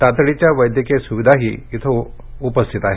तातडीच्या वैद्यकिय सुविधाही इथं उपलब्ध आहेत